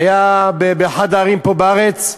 באחת הערים פה בארץ,